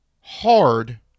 hard